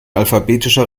alphabetischer